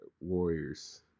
Warriors